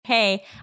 Hey